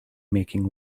making